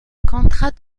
contrat